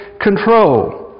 control